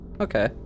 Okay